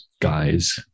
guys